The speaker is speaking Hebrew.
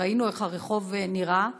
וראינו איך הרחוב נראה.